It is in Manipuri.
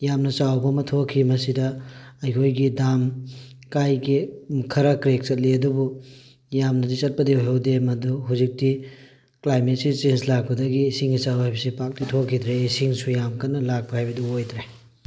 ꯌꯥꯝꯅ ꯆꯥꯎꯕ ꯑꯃ ꯊꯣꯛꯈꯤ ꯃꯁꯤꯗ ꯑꯩꯈꯣꯏꯒꯤ ꯗꯥꯝ ꯀꯥꯏꯒꯦ ꯈꯔ ꯀ꯭ꯔꯦꯛ ꯆꯠꯂꯤ ꯑꯗꯨꯕꯨ ꯌꯥꯝꯅꯗꯤ ꯆꯠꯄꯗꯤ ꯑꯣꯏꯍꯧꯗꯦ ꯃꯗꯨ ꯍꯧꯖꯤꯛꯇꯤ ꯀ꯭ꯂꯥꯏꯃꯦꯠꯁꯦ ꯆꯦꯟꯖ ꯂꯥꯛꯄꯗꯒꯤ ꯏꯁꯤꯡ ꯏꯆꯥꯎ ꯍꯥꯏꯕꯁꯦ ꯄꯥꯛꯇꯤ ꯊꯣꯛꯈꯤꯗ꯭ꯔꯦ ꯏꯁꯤꯡꯁꯨ ꯌꯥꯝ ꯀꯟꯅ ꯂꯥꯛꯄ ꯍꯥꯏꯕꯗꯨ ꯑꯣꯏꯗ꯭ꯔꯦ